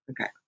Okay